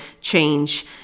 change